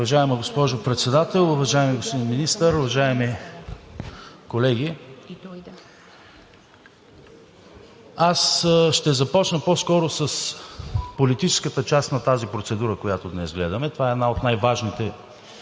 Уважаема госпожо Председател, уважаеми господин Министър, уважаеми колеги! Аз ще започна по скоро с политическата част на тази процедура, която днес гледаме. Това е една от най-важните